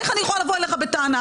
איך אני יכולה לבוא אליך בטענה,